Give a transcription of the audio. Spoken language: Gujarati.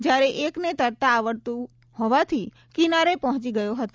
જયારે એકને તરતા આવડતું હોવાથી કિનારે પહોંચી ગયો હતો